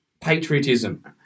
patriotism